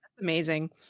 Amazing